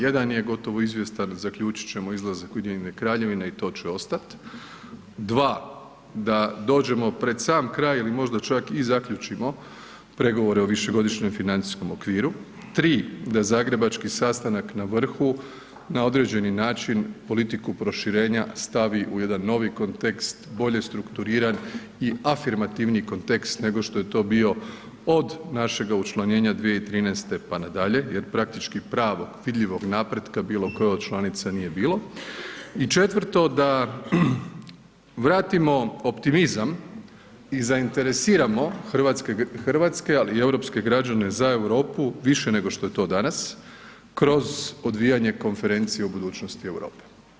Jedan je gotovo izvjestan, zaključit ćemo izlazak Ujedinjene Kraljevine i to će ostati, dva da dođemo pred sam kraj ili možda čak i zaključimo pregovore o višegodišnjem financijskom okviru, tri da zagrebački sastanak na vrhu na određeni način politiku proširenja stavi u jedan novi kontekst bolje strukturiran i afirmativni kontekst nego što je to bio od našega učlanjenja 2013. pa nadalje jer praktički pravog vidljivog napretka bilo koje od članica nije bilo i četvrto da vratimo optimizam i zainteresiramo hrvatske, ali i europska građane za Europu više nego što je to danas kroz odvijanje Konferencije o budućnosti Europe.